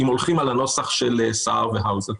אם הולכים על הנוסח של סער והאוזר.